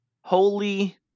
Holy